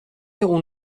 اون